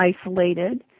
isolated